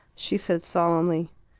she said solemnly,